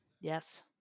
Yes